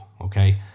Okay